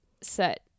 set